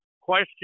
question